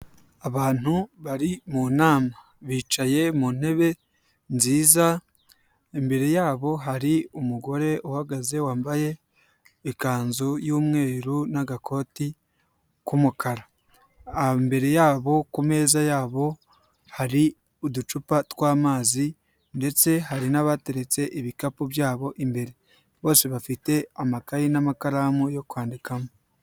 Abantu bari mu nama, bicaye mu ntebe nziza. Imbere yabo hari umugore uhagaze wambaye ikanzu y'umweru n'agakoti k'umukara, imbere yabo ku meza yabo hari uducupa tw'amazi ndetse hari n'abateretse ibikapu byabo imbere. Bose bafite amakayi n'amakaramu yo kwandikamo.